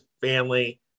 family